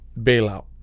bailout